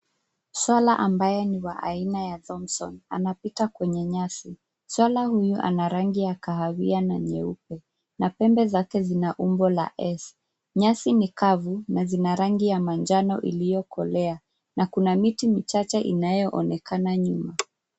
Swara ambaye ni wa aina ya thompson anapita mwenye nyasi. Swara huyu ana rangi ya kahawia na nyeupe, na pembe zake zina umbo la S. Nyasi ni kavu na zina rangi ya manjano iliyokolea . Na kuna miti michache inayoonekana nyuma.